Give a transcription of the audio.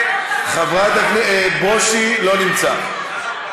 ברושי, לא נמצא,